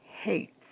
hates